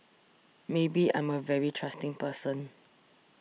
maybe I'm a very trusting person